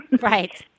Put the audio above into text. right